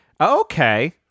Okay